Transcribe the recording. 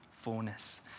fullness